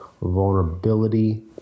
vulnerability